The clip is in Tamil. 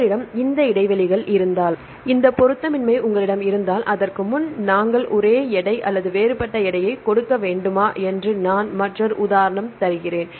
உங்களிடம் இந்த இடைவெளிகள் இருந்தால் இந்த பொருத்தமின்மை உங்களிடம் இருந்தால் அதற்கு முன் நாங்கள் ஒரே எடை அல்லது வேறுபட்ட எடையைக் கொடுக்க வேண்டுமா என்று நான் மற்றொரு உதாரணம் தருகிறேன்